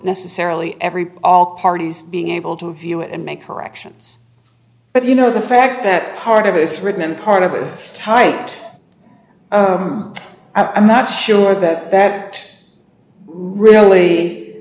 necessarily every all parties being able to view it and make corrections but you know the fact that part of it is written in part of a tight i'm not sure that bad really